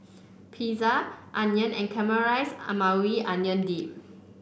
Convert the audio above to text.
Pizza Udon and Caramelized Maui Onion Dip